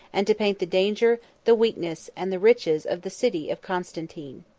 and to paint the danger, the weakness, and the riches of the city of constantine.